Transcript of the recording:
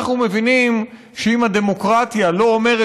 אנחנו מבינים שאם הדמוקרטיה לא אומרת